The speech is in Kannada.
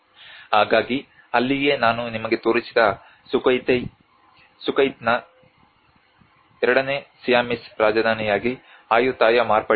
ಹಾಗಾಗಿ ಅಲ್ಲಿಯೇ ನಾನು ನಿಮಗೆ ತೋರಿಸಿದ ಸುಖೋಥೈ ಸುಖೋಥೈನ ಎರಡನೇ ಸಿಯಾಮೀಸ್ ರಾಜಧಾನಿಯಾಗಿ ಆಯುಥಾಯಾ ಮಾರ್ಪಟ್ಟಿದೆ